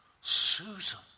Susan